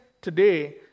today